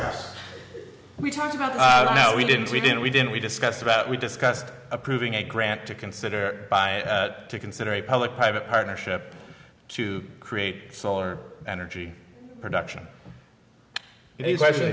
fire we talked about we didn't we didn't we didn't we discussed about we discussed approving a grant to consider to consider a public private partnership to create solar energy production he's actually